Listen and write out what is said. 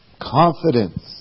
confidence